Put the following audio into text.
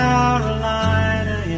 Carolina